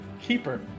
Keeper